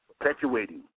perpetuating